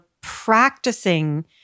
practicing